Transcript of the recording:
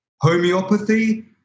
homeopathy